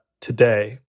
today